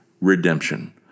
Redemption